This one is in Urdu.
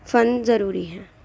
فن ضروری ہے